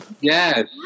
Yes